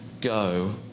go